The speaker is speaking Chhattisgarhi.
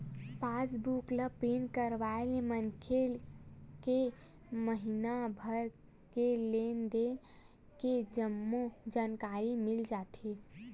पास बुक ल प्रिंट करवाय ले मनखे के महिना भर के लेन देन के जम्मो जानकारी मिल जाथे